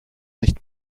nicht